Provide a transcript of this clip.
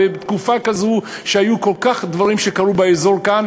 בתקופה כזאת שקרו בה כל כך הרבה דברים באזור כאן,